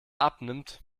abnimmt